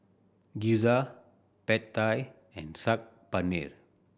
Gyoza Pad Thai and Saag Paneer